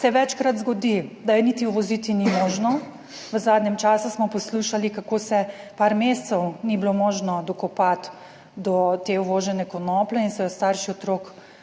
se večkrat zgodi, da je niti uvoziti ni možno, v zadnjem času smo poslušali, kako se par mesecev ni bilo možno dokopati do te uvožene konoplje in so jo starši otrok